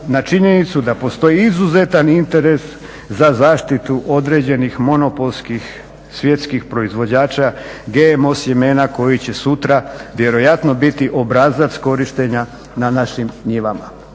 na činjenicu da postoji izuzetan interes za zaštitu određenih monopolskih svjetskih proizvođača GMO sjemena koji će sutra vjerojatno biti obrazac korištenja na našim njivama.